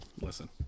listen